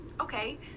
okay